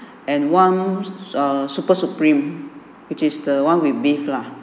and one err super supreme which is the one with beef lah